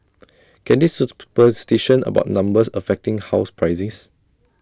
can this superstition about numbers affect housing prices